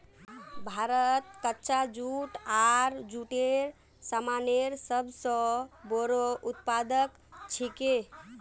भारत कच्चा जूट आर जूटेर सामानेर सब स बोरो उत्पादक छिके